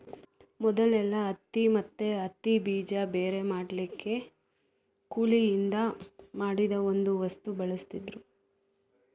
ಮೊದಲೆಲ್ಲಾ ಹತ್ತಿ ಮತ್ತೆ ಹತ್ತಿ ಬೀಜ ಬೇರೆ ಮಾಡ್ಲಿಕ್ಕೆ ಕೋಲಿನಿಂದ ಮಾಡಿದ ಒಂದು ವಸ್ತು ಬಳಸ್ತಿದ್ರು